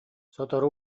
сотору